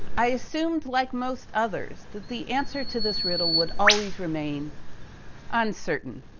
i assumed like most others that the answer to this riddle would always remain uncertain,